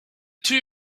two